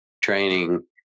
training